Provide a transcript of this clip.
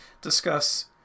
Discuss